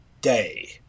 day